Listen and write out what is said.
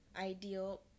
ideal